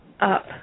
up